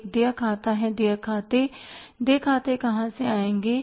एक देय खाता है देय खाते देय खाते कहाँ से आएँगे